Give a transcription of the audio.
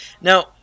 Now